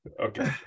Okay